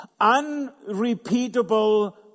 unrepeatable